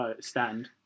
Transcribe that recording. stand